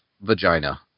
vagina